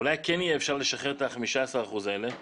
אולי כן יהיה אפשר לשחרר את ה-15% האלה?